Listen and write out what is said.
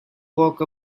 walk